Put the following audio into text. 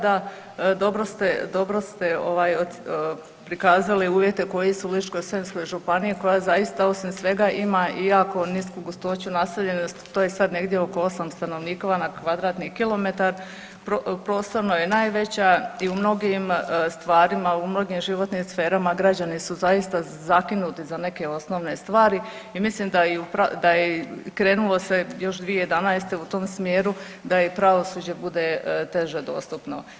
Da, dobro ste, dobro ste ovaj prikazali uvjeti koji su u Ličko-senjskoj županiji koja zaista osim svega ima i jako nisku gustoću naseljenosti, to je sad negdje oko 8 stanovnika na kvadratni kilometar, prostorno je najveća i u mnogim stvarima i u mnogim životnim sferama građani su zaista zakinuti za neke osnovne stvari i mislim da je krenulo se još 2011. u tom smjeru da i pravosuđe bude teže dostupno.